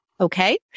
okay